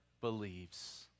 believes